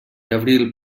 abril